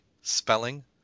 spelling